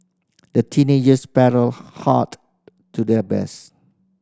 the teenagers paddled hard to their best